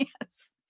Yes